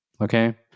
okay